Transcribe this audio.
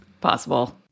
Possible